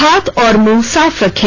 हाथ और मुंह साफ रखें